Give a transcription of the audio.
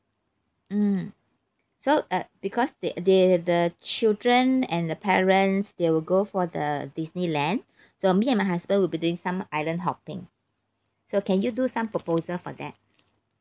mm so uh because they they the children and the parents they will go for the disneyland so me and my husband would be doing some island hopping so can you do some proposal for that